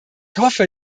hoffe